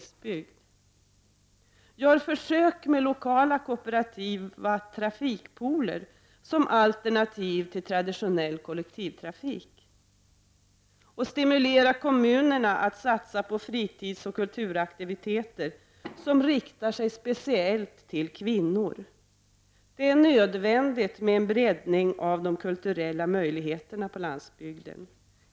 Stimulera kommunerna att satsa på fritidsoch kulturaktiviteter som riktar sig speciellt till kvinnor. Det är nödvändigt med en breddning av de kulturella möjligheterna på landsbygden.